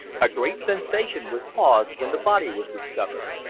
a great sensation was caused when the body was discovered.